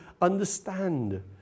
understand